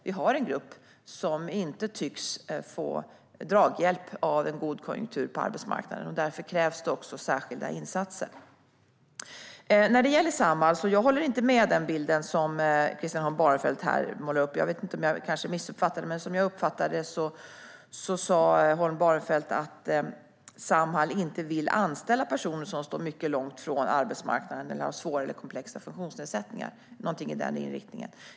Vi har en grupp som inte tycks få draghjälp av en god konjunktur på arbetsmarknaden. Därför krävs det också särskilda insatser. När det gäller Samhall håller jag inte med om den bild som Christian Holm Barenfeld här målar upp. Jag kanske missuppfattade det, men som jag uppfattade sa Holm Barenfeld att Samhall inte vill anställa personer som står mycket långt från arbetsmarknaden eller har svåra eller komplexa funktionsnedsättningar. Det var någonting med den inriktningen.